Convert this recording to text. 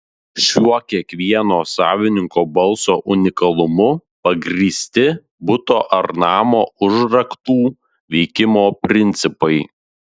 šiuo kiekvieno savininko balso unikalumu pagrįsti buto ar namo užraktų veikimo principai